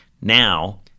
Now